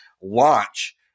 launch